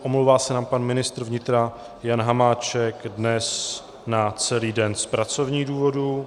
Omlouvá se nám pan ministr vnitra Jan Hamáček dnes na celý den z pracovních důvodů.